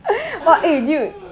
!wah! eh dude